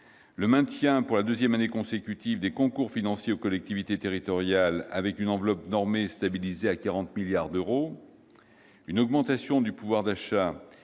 un maintien pour la deuxième année consécutive des concours financiers aux collectivités territoriales, avec une enveloppe normée stabilisée à 40 milliards d'euros ; une augmentation du pouvoir d'achat